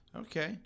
Okay